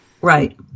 right